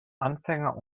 anfänger